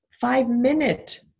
five-minute